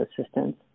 assistance